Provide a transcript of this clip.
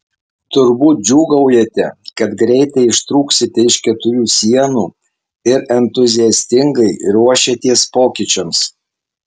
turbūt džiūgaujate kad greitai ištrūksite iš keturių sienų ir entuziastingai ruošiatės pokyčiams